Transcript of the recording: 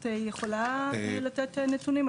את יכולה לתת נתונים?